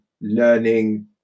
learning